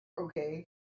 Okay